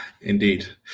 Indeed